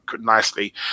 nicely